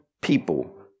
people